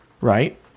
right